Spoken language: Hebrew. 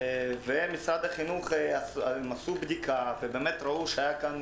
משרד החינוך ערך בדיקה ובאמת ראו שהייתה כאן